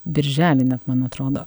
birželį net man atrodo